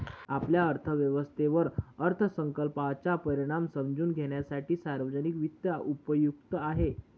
आपल्या अर्थव्यवस्थेवर अर्थसंकल्पाचा परिणाम समजून घेण्यासाठी सार्वजनिक वित्त उपयुक्त आहे